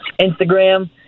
Instagram